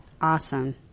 Awesome